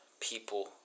people